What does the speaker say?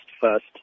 first